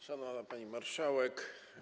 Szanowna Pani Marszałek!